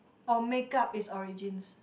or make up its origins